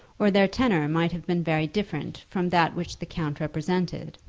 or their tenour might have been very different from that which the count represented,